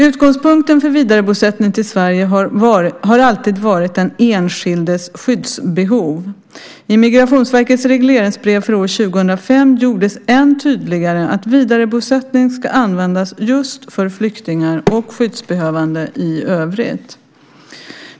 Utgångspunkten för vidarebosättning i Sverige har alltid varit den enskildes skyddsbehov. I Migrationsverkets regleringsbrev för år 2005 gjordes än tydligare att vidarebosättning ska användas just för flyktingar och skyddsbehövande i övrigt.